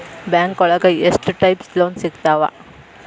ಬ್ಯಾಂಕೋಳಗ ಎಷ್ಟ್ types loan ಸಿಗ್ತಾವ?